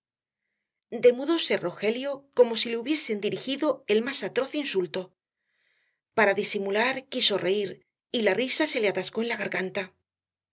un rapaz demudóse rogelio como si le hubiesen dirigido el más atroz insulto para disimular quiso reir y la risa se le atascó en la garganta